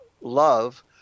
love